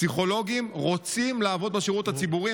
פסיכולוגים רוצים לעבוד בשירות הציבורי,